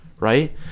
right